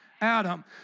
Adam